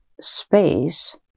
space